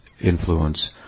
influence